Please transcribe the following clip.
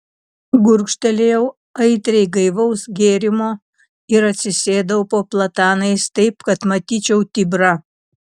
gurkštelėjau aitriai gaivaus gėrimo ir atsisėdau po platanais taip kad matyčiau tibrą